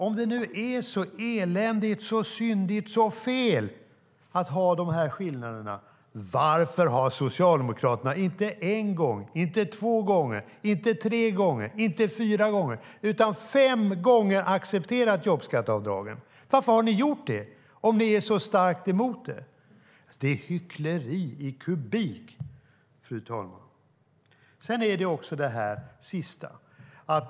Om det nu är så eländigt, så syndigt och så fel att ha de här skillnaderna undrar jag: Varför har Socialdemokraterna inte en gång, inte två gånger, inte tre gånger, inte fyra gånger utan fem gånger accepterat jobbskatteavdragen? Varför har ni gjort det om ni är så starkt emot det? Det är hyckleri i kubik, fru talman.